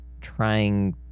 trying